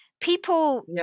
people